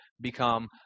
become